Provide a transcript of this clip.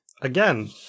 again